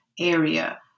area